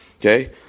Okay